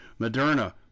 Moderna